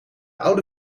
oude